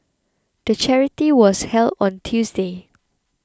the charity was held on Tuesday